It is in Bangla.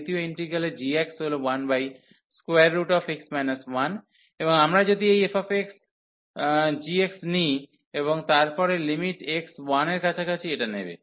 দ্বিতীয় ইন্টিগ্রালটি g হল 1x 1 এবং আমরা যদি এই fxgx নিই এবং তারপর লিমিট x 1 এর কাছাকাছি এটা নেব